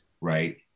right